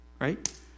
right